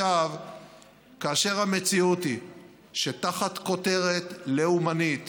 כאשר המציאות היא שתחת כותרת לאומנית